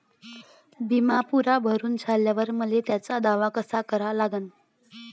बिमा पुरा भरून झाल्यावर मले त्याचा दावा कसा करा लागन?